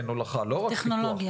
כן הולכה --- טכנולוגיה.